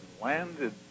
landed